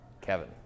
Kevin